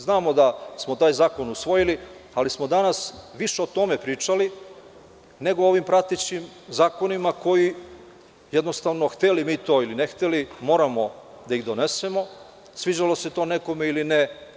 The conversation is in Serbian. Znamo da smo taj zakon usvojili, ali smo danas više o tome pričali nego o ovim pratećim zakonima koji jednostavno, hteli mi to ili ne hteli, moramo da donesemo, sviđalo se to nekome ili ne.